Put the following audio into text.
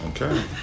Okay